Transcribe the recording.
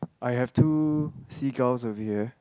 I have two seagull of here